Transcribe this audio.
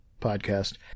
podcast